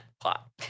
plot